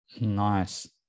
Nice